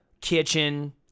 kitchen